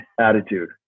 attitude